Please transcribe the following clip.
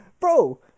bro